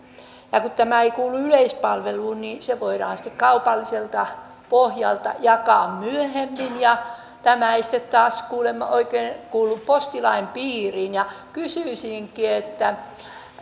ja kun tämä ei kuulu yleispalveluun niin se voidaan sitten kaupalliselta pohjalta jakaa myöhemmin ja tämä ei sitten taas kuulemma oikein kuulu postilain piiriin kysyisinkin